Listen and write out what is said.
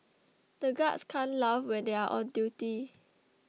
the guards can't laugh when they are on duty